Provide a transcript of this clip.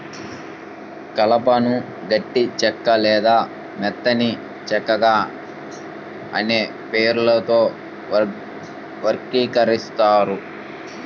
కలపను గట్టి చెక్క లేదా మెత్తని చెక్కగా అనే పేర్లతో వర్గీకరించారు